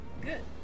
Good